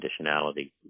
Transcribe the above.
conditionality